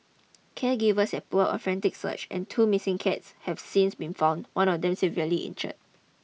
caregivers have put up a frantic search and two missing cats have since been found one of them severely injured